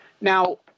Now